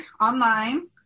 online